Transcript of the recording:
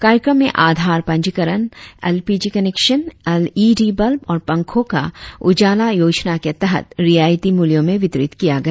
कार्यक्रम में आधार पंजीकरण L P G connection L E D bulb और पंखों का उजाला योजना के तहत रियायती मूल्यों में वितरित किया गया